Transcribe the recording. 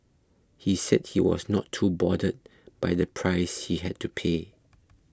he said he was not too bothered by the price he had to pay